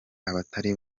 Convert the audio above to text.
abatari